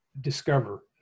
discover